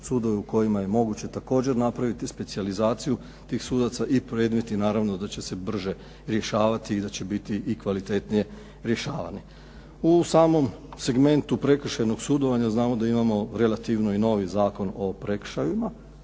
sudove u kojima je moguće također napraviti specijalizaciju tih sudaca i predmeti naravno da će se brže rješavati i da će biti i kvalitetnije rješavani. U samom segmentu prekršajnog sudovanja znamo da imamo relativno i novi Zakon o prekršajima